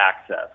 access